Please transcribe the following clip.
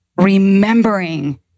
remembering